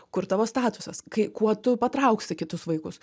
kur tavo statusas kai kuo tu patrauksi kitus vaikus